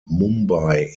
mumbai